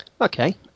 Okay